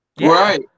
Right